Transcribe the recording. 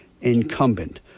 incumbent